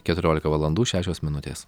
keturiolika valandų šešios minutės